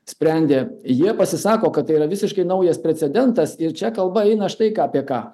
sprendė jie pasisako kad tai yra visiškai naujas precedentas ir čia kalba eina štai ką apie ką